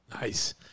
Nice